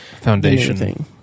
Foundation